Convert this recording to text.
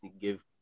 give